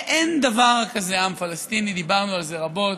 אין דבר כזה עם פלסטיני, דיברנו על זה רבות.